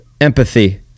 empathy